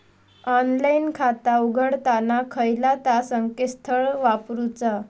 Online खाता उघडताना खयला ता संकेतस्थळ वापरूचा?